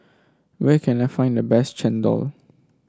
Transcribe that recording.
where can I find the best chendol